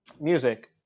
music